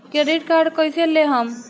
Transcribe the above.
Credit card कईसे लेहम?